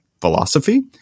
philosophy